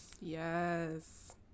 Yes